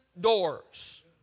doors